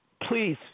Please